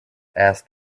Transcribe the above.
asked